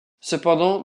cependant